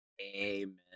amen